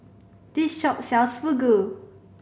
this shop sells Fugu